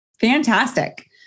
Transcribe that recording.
Fantastic